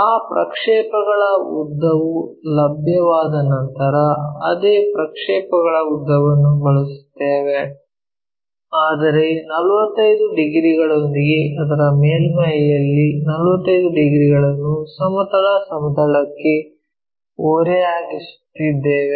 ಆ ಪ್ರಕ್ಷೇಪಗಳ ಉದ್ದವು ಲಭ್ಯವಾದ ನಂತರ ಅದೇ ಪ್ರಕ್ಷೇಪಗಳ ಉದ್ದವನ್ನು ಬಳಸುತ್ತೇವೆ ಆದರೆ 45 ಡಿಗ್ರಿಗಳೊಂದಿಗೆ ಅದರ ಮೇಲ್ಮೈಗಳಲ್ಲಿ 45 ಡಿಗ್ರಿಗಳನ್ನು ಸಮತಲ ಸಮತಲಕ್ಕೆ ಓರೆಯಾಗಿಸುತ್ತಿದ್ದೇವೆ